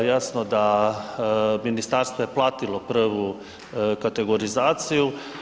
Jasno da ministarstvo je platilo prvu kategorizaciju.